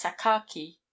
sakaki